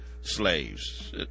Slaves